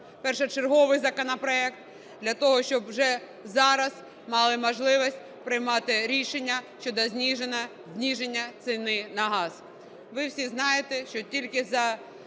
першочерговий законопроект для того, щоб вже зараз мали можливість приймати рішення щодо зниження ціни на газ. Ви всі знаєте, що тільки за